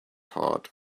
heart